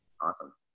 Awesome